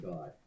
God